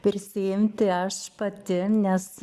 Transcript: prisiimti aš pati nes